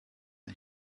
and